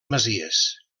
masies